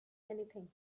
anything